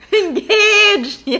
engaged